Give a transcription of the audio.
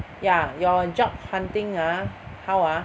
ya your job hunting ah how ah